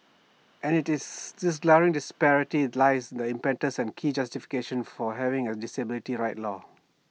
and this glaring disparity lies the impetus and key justification for having A disability rights law